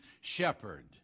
shepherd